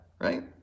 right